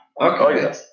Okay